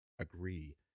agree